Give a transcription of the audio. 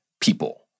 people